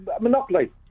Monopoly